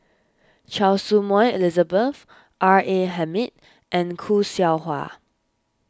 Choy Su Moi Elizabeth R A Hamid and Khoo Seow Hwa